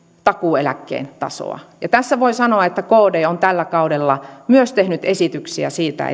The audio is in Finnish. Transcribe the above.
takuueläkkeen tasoa ja tässä voi sanoa että kd on tällä kaudella myös tehnyt esityksiä siitä